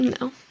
No